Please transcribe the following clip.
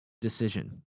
decision